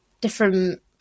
different